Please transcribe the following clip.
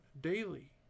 daily